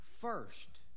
first